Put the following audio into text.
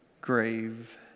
grave